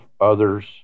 others